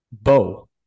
Bo